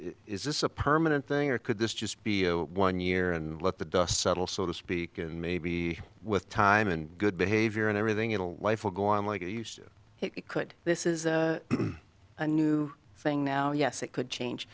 is this a permanent thing or could this just be a one year and let the dust settle so to speak and maybe with time and good behavior and everything in a life will go on like i used it could this is a new thing now yes it could